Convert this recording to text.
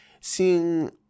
seeing